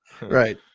right